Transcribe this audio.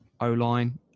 O-line